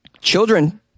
Children